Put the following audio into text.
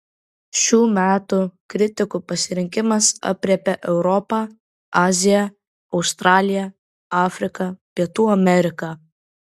šių metų kritikų pasirinkimas aprėpia europą aziją australiją afriką pietų ameriką